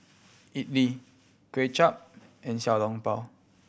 idly Kway Chap and Xiao Long Bao